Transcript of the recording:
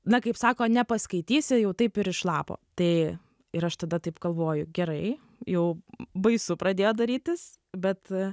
na kaip sako nepaskaitysi jau taip ir iš lapo tai ir aš tada taip galvoju gerai jau baisu pradėjo darytis bet